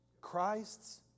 Christ's